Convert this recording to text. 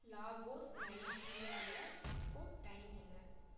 Lagos நைஜீரியாவில் இப்போது time என்ன